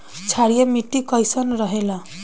क्षारीय मिट्टी कईसन रहेला?